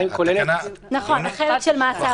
נכון, החלק של מעצר ראשון.